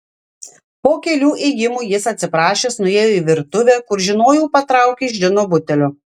po kelių ėjimų jis atsiprašęs nuėjo į virtuvę kur žinojau patraukė iš džino butelio